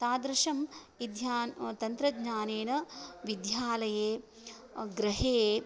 तादृशम् ध्यानं तन्त्रज्ञानेन विद्यालये गृहे